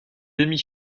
demi